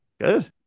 Good